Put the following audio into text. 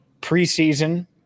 preseason